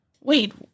Wait